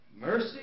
mercy